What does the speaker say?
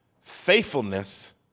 faithfulness